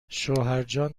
شوهرجان